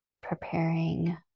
Preparing